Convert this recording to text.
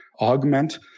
augment